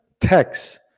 text